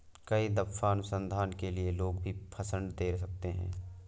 कई दफा अनुसंधान के लिए लोग भी फंडस दे सकते हैं